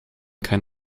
kein